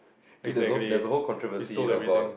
dude there's a whole there's a whole controversy about